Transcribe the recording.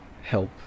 help